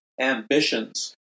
ambitions